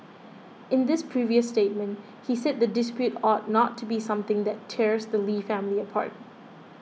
in this previous statement he said the dispute ought not to be something that tears the Lee family apart